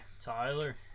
Tyler